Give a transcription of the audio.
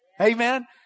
Amen